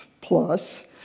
plus